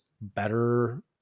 better